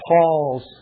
Paul's